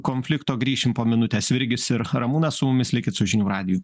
konflikto grįšim po minutės virgis ir ramūnas su mumis likit su žinių radiju